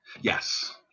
Yes